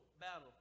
battle